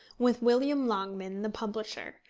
with william longman the publisher,